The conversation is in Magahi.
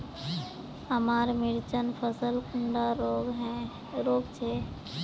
हमार मिर्चन फसल कुंडा रोग छै?